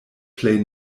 plej